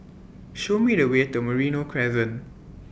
Show Me The Way to Merino Crescent